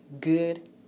good